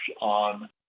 on